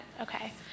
okay